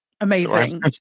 Amazing